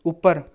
ਉੱਪਰ